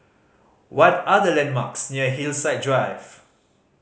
what are the landmarks near Hillside Drive